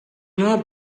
not